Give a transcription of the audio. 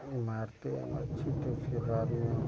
मारते हैं मछली को उसके बाद में